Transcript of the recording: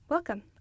Welcome